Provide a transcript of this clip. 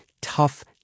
tough